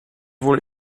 wohl